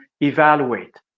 evaluate